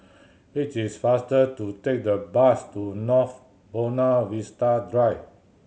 it is faster to take the bus to North Buona Vista Drive